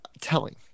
telling